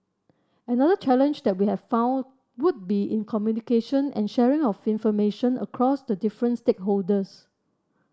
another challenge that we have found would be in communication and sharing of information across the different stakeholders